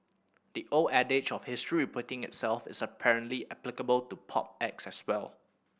the old adage of history repeating itself is apparently applicable to pop acts as well